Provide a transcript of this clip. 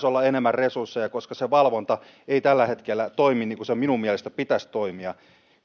olla enemmän resursseja koska se valvonta ei tällä hetkellä toimi niin kuin sen minun mielestäni pitäisi toimia